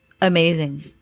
amazing